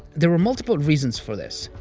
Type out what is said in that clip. there were multiple reasons for this.